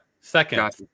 second